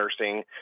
nursing